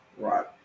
Right